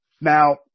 Now